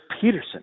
Peterson